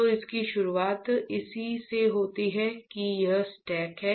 तो इसकी शुरुआत इसी से होती है कि ये स्टैक हैं